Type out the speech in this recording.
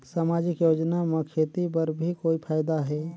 समाजिक योजना म खेती बर भी कोई फायदा है?